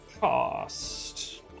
Cost